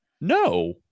No